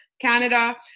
Canada